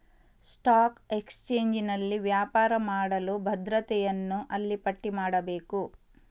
stock ಎಕ್ಸ್ಚೇಂಜಿನಲ್ಲಿ ವ್ಯಾಪಾರ ಮಾಡಲು ಭದ್ರತೆಯನ್ನು ಅಲ್ಲಿ ಪಟ್ಟಿ ಮಾಡಬೇಕು